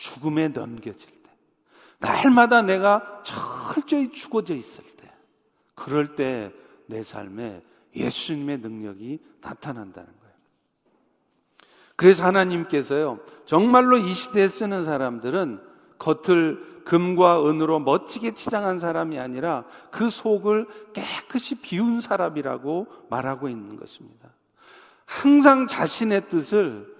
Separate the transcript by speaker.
Speaker 1: 죽음에 넘겨질 때, 날마다 내가 철저히 죽어져 있을 때, 그럴 때 내 삶에 예수님의 능력이 나타난다는 거예요. 그래서 하나님께서요, 정말로 이 시대에 쓰는 사람들은 겉을 금과 은으로 멋지게 치장한 사람이 아니라 그 속을 깨끗이 비운 사람이라고 말하고 있는 것입니다. 항상 자신의 뜻을